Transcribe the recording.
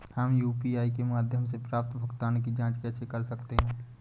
हम यू.पी.आई के माध्यम से प्राप्त भुगतान की जॉंच कैसे कर सकते हैं?